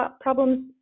problems